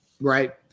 right